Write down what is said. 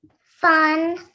Fun